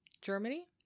Germany